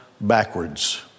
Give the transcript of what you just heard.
backwards